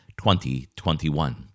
2021